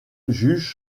juge